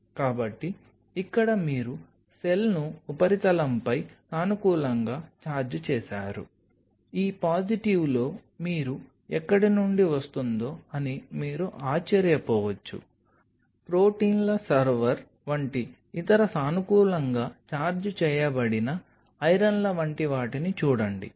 కాబట్టి ఇక్కడ మీరు సెల్ను ఉపరితలంపై సానుకూలంగా ఛార్జ్ చేసారు ఈ పాజిటివ్లో మీరు ఎక్కడి నుండి వస్తుందో అని మీరు ఆశ్చర్యపోవచ్చు ప్రోటీన్ల సర్వర్ వంటి ఇతర సానుకూలంగా ఛార్జ్ చేయబడిన ఐరన్ల వంటి వాటిని చూడండి